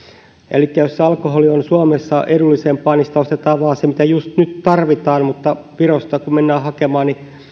elikkä jos alkoholi on suomessa edullisempaa niin sitä ostetaan vain se mitä just nyt tarvitaan mutta virosta kun mennään hakemaan niin